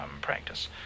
practice